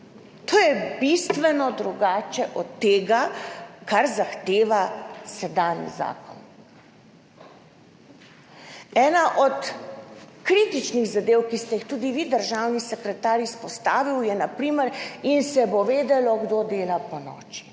To je bistveno drugače od tega, kar zahteva sedanji zakon. Ena od kritičnih zadev, ki ste jo tudi vi, državni sekretar, izpostavili, je na primer, da se bo vedelo, kdo dela ponoči